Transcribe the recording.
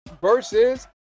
versus